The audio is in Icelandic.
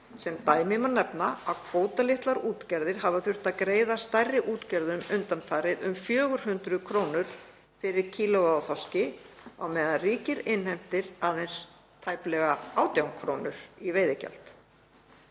Sem dæmi má nefna að kvótalitlar útgerðir hafa þurft að greiða stærri útgerðum undanfarið um 400 kr. fyrir kíló af þorski á meðan ríkið innheimtir aðeins tæplega 18 kr. í veiðigjald.